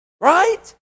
right